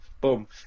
boom